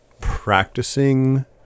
practicing